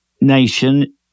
nation